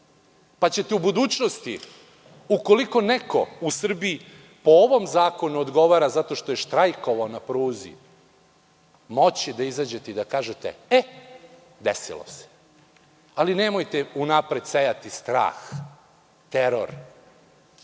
pa ćete u budućnosti, ukoliko neko u Srbiji po ovom zakonu odgovara zato što je štrajkovao na pruzi, moći da izađete i da kažete – e, desilo se. Ali, nemojte unapred sejati strah i teror.